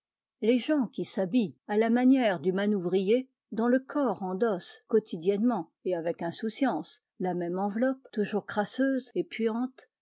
les gens qui s'habillent à la manière du manouvrier dont le corps endosse quotidiennement et avec insouciance la même enveloppe toujours crasseuse et puante